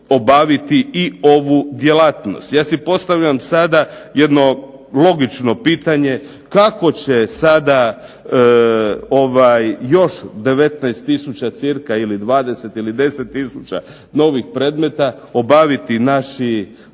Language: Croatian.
obaviti i ovu djelatnost. Ja si postavljam sada jedno logično pitanje, kako će sada još 19 tisuća cca ili 20 ili 10 tisuća novih predmeta obaviti naši